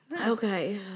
Okay